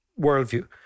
worldview